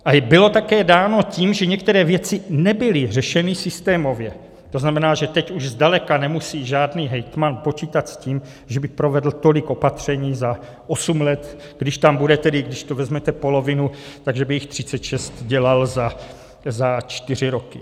A bylo také dáno tím, že některé věci nebyly řešeny systémově, to znamená, že teď už zdaleka nemusí žádný hejtman počítat s tím, že by provedl tolik opatření za osm let, když tam bude, když vezmete polovinu, tak že by jich 36 dělal za čtyři roky.